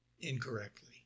incorrectly